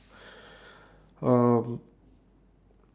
um